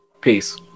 Peace